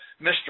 Mr